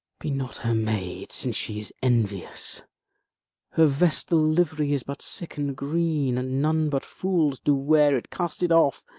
be not her maid, since she is envious her vestal livery is but sick and green, and none but fools do wear it cast it off